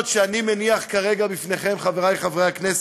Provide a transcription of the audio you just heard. היא שאני שומע את הדוברים האחרונים,